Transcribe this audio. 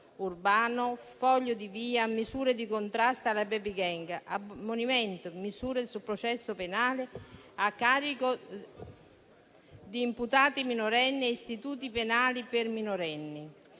urbano, foglio di via, misure di contrasto alle *baby gang*, ammonimento, misure sul processo penale a carico di imputati minorenni e istituti penali per minorenni.